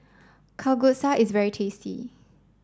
Kalguksu is very tasty